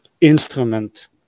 instrument